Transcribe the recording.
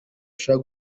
ushaka